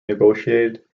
negotiated